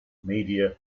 media